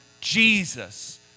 Jesus